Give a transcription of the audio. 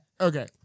Okay